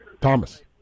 Thomas